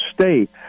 state